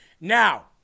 Now